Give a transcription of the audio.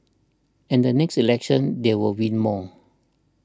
and the next election they will win more